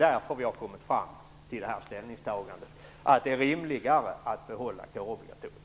Därför har vi kommit fram till ställningstagandet att det är rimligast att behålla kårobligatoriet.